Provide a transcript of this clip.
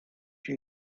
you